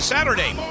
Saturday